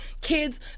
kids